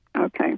Okay